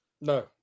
No